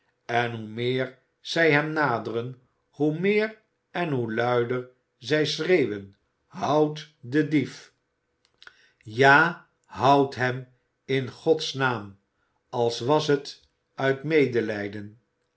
en hoe meer zij hem naderen hoe meer en hoe luider zij schreeuwen houdt den dief ja houdt hem in gods naam als was het uit medelijden